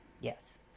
Yes